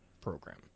program